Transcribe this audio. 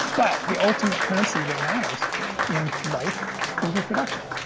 but the ultimate currency that matters in life is reproduction.